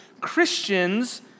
Christians